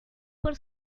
por